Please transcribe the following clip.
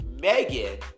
Megan